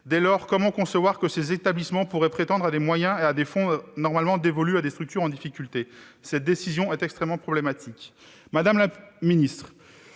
Dès lors, comment concevoir que ces établissements prétendent à des moyens et des fonds normalement dévolus à des structures en difficulté ? Cette décision est extrêmement problématique. Madame la secrétaire